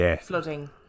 flooding